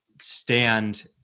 stand